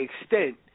extent